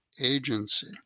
agency